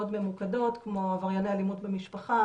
ממוקדות כמו עברייני אלימות במשפחה,